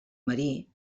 marí